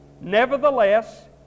Nevertheless